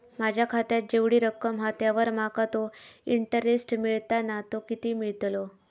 माझ्या खात्यात जेवढी रक्कम हा त्यावर माका तो इंटरेस्ट मिळता ना तो किती मिळतलो?